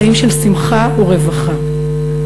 חיים של שמחה ורווחה.